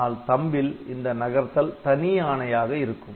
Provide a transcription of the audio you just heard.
ஆனால் THUMB ல் இந்த நகர்த்தல் தனி ஆணையாக இருக்கும்